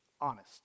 Honest